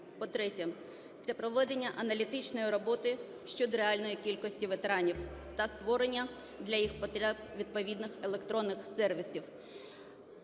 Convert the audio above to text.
По-третє, це проведення аналітичної роботи щодо реальної кількості ветеранів та створення для їх потреб відповідних електронних сервісів.